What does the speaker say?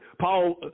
Paul